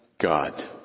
God